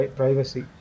privacy